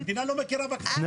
המדינה לא מכירה בכפרים